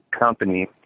company